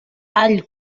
all